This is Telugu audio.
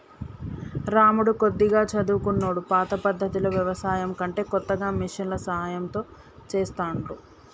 రాములు కొద్దిగా చదువుకున్నోడు పాత పద్దతిలో వ్యవసాయం కంటే కొత్తగా మిషన్ల సాయం తో చెస్తాండు